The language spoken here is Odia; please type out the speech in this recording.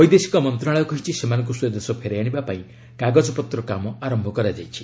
ବୈଦେଶିକ ମନ୍ତ୍ରଣାଳୟ କହିଛି ସେମାନଙ୍କୁ ସ୍ୱଦେଶ ଫେରାଇ ଆଣିବା ପାଇଁ କାଗଜପତ୍ର କାମ ଆରମ୍ଭ କରାଯାଇଛି